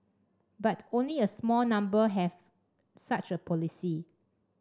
but only a small number have such a policy